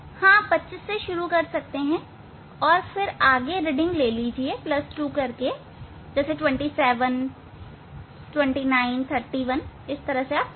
आप 25 से शुरू कर सकते हैं और फिर आगे रीडिंग लीजिए जैसे 27 फिर 29 फिर 31